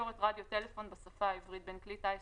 תקשורת רדיו טלפון בשפה העברית בין כלי טיס